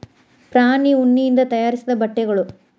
ಪ್ರಾಣಿ ಉಣ್ಣಿಯಿಂದ ತಯಾರಿಸಿದ ಬಟ್ಟೆಗಳು